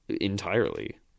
entirely